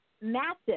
massive